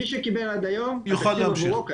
מי שקיבל עד היום, התקציב עבורו קיים.